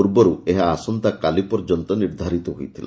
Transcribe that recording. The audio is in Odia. ପୂର୍ବରୁ ଏହା ଆସନ୍ତାକାଲି ପର୍ଯ୍ୟନ୍ତ ନିର୍ବାରିତ ହୋଇଥିଲା